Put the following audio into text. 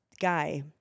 guy